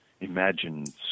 imagined